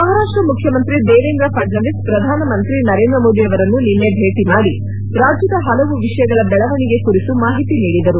ಮಹಾರಾಷ್ಟ ಮುಖ್ಯಮಂತ್ರಿ ದೇವೇಂದ್ರ ಫಡ್ನವೀಸ್ ಪ್ರಧಾನಮಂತ್ರಿ ನರೇಂದ್ರ ಮೋದಿ ಅವರನ್ನು ನಿನ್ನೆ ಭೇಟಿ ಮಾಡಿ ರಾಜ್ಲದ ಪಲವು ವಿಷಯಗಳ ಬೆಳವಣಿಗೆ ಕುರಿತು ಮಾಹಿತಿ ನೀಡಿದರು